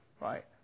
right